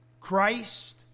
Christ